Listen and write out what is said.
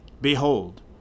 Behold